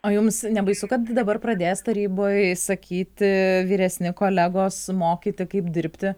o jums nebaisu kad dabar pradės taryboj sakyti vyresni kolegos mokyti kaip dirbti